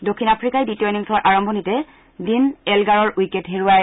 দক্ষিণ আফ্ৰিকাই দ্বিতীয় ইনিংছৰ আৰম্ভনিতে ডীন এলগাৰৰ উইকেট হেৰুৱায়